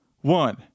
one